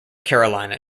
carolina